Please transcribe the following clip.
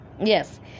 yes